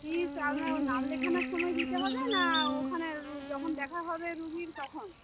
কী তাহলে নাম লেখানোর সময় দিতে হবে না ওখানে রু যখন দেখা হবে রুগির তখন